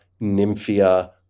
Nymphia